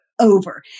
over